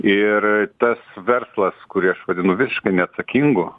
ir tas verslas kurį aš vadinu visiškai neatsakingu